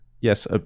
yes